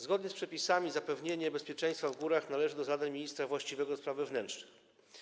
Zgodnie z przepisami zapewnienie bezpieczeństwa w górach należy do zadań ministra właściwego do spraw wewnętrznych.